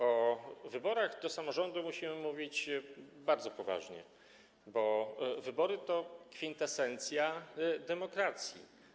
O wyborach do samorządu musimy mówić bardzo poważnie, bo wybory to kwintesencja demokracji.